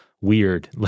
weird